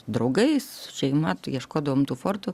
draugais šeima ieškodavom tų fortų